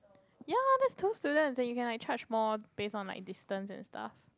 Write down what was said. ya loh that's two students you can like charge more based on like distance and stuff